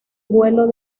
vuelo